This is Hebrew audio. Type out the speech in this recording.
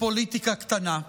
כפוליטיקה קטנה.